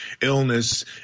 illness